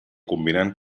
combinant